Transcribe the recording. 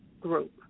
group